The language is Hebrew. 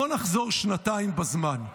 בוא נחזור שנתיים בזמן.